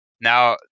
Now